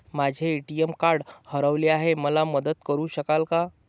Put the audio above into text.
माझे ATM card हरवले आहे, मला मदत करु शकाल का?